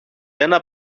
ένα